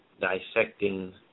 Dissecting